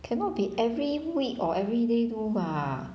cannot be every week or everyday do mah